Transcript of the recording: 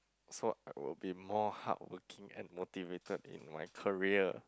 so I would be more hardworking and motivated in my career